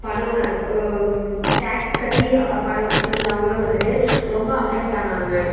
பணம் டேக்ஸ் கட்டி பணம் வச்சிருந்தவங்களும் வந்துட்டு ரொம்ப அஃபக்ட் ஆனாங்க